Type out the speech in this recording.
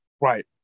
right